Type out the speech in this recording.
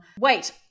wait